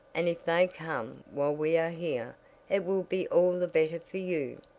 and if they come while we are here it will be all the better for you.